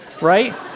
right